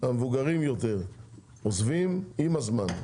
המבוגרים יותר עוזבים עם הזמן,